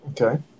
Okay